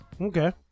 Okay